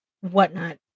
whatnot